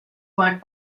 work